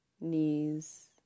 knees